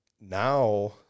Now